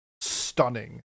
stunning